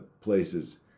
places